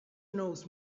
knows